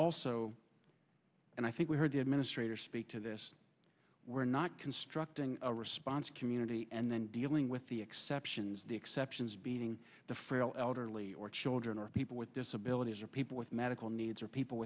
also and i think we heard the administrator speak to this we're not constructing a response community and then dealing with the exceptions the exceptions beating the frail elderly or children or people with disabilities or people with medical needs or people